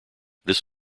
this